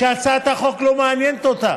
שהצעת החוק לא מעניינת אותה.